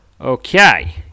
Okay